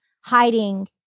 hiding